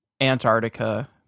antarctica